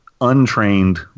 untrained